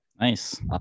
Nice